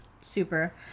Super